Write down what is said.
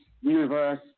universe